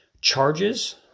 charges